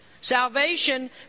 Salvation